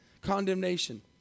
Condemnation